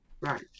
right